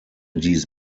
dies